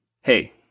hey